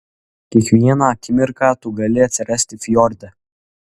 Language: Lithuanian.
kiekvieną akimirką tu gali atsirasti fjorde